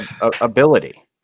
ability